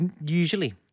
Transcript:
usually